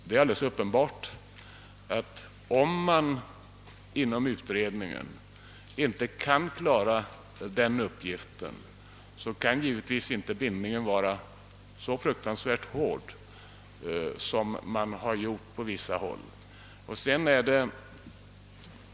Det är alldeles uppenbart att, om utredningen inte kan klara denna uppgift, kan givetvis inte bindningen vara så hård som man på vissa håll har gjort gällande.